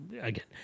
again